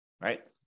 right